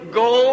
go